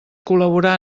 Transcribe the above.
col·laborar